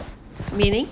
meaning